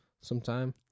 sometime